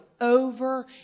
over